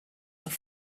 have